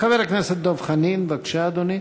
חבר הכנסת דב חנין, בבקשה, אדוני.